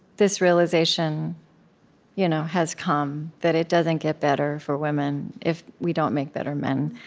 this realization you know has come that it doesn't get better for women if we don't make better men